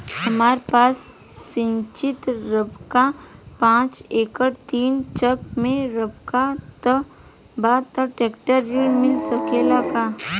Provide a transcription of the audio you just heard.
हमरा पास सिंचित रकबा पांच एकड़ तीन चक में रकबा बा त ट्रेक्टर ऋण मिल सकेला का?